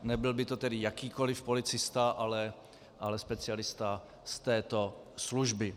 Nebyl by to tedy jakýkoliv policista, ale specialista z této služby.